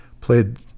played